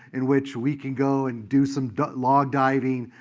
in which we can go and do some log-diving,